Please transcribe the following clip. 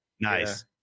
Nice